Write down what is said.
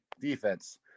defense